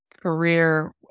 career